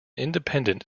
independent